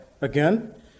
again